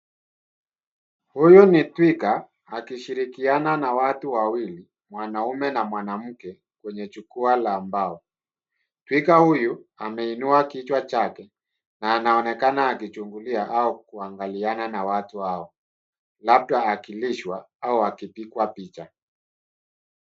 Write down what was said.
Huyu ni twiga, akishirikiana na watu wawili, mwanaume na mwanamke kwenye jukwaa la mbao. Twiga huyu, ameinua kichwa chake, na anaonekana akichungulia au kuangaliana na watu hao. Labda akilishwa au akipigwa picha.